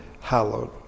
hallowed